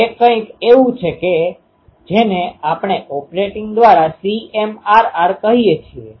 તેથી તેનો અર્થ એ છે કે જયારે હું ri નો પાથ લખીશ ત્યારે હું ri r ar·ri લખીશ